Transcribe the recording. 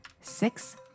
Six